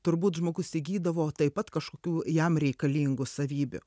turbūt žmogus įgydavo taip pat kažkokių jam reikalingų savybių